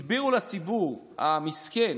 הסבירו לציבור המסכן,